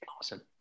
awesome